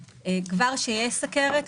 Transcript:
כשיש כבר סוכרת,